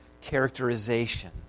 characterization